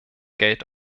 geld